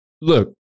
Look